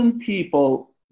people